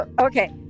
Okay